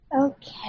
Okay